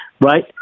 right